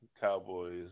Cowboys